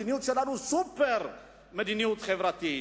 "סופר-חברתית".